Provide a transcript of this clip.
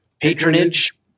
patronage